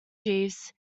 jeeves